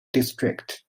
district